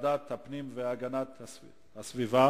עבדת זה דבר חשוב,